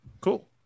Cool